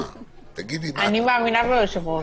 אני מאמינה ביושב-ראש.